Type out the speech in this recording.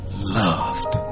loved